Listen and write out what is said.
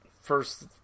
first